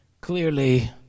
Clearly